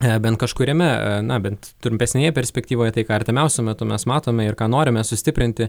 nebent kažkuriame na bent trumpesnėje perspektyvoje tai ką artimiausiu metu mes matome ir ką norime sustiprinti